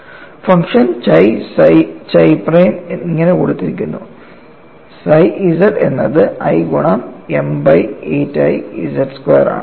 function psi chi prime ഇങ്ങനെ കൊടുത്തിരിക്കുന്നു psi z എന്നത് i ഗുണം M by 8I z square ആണ്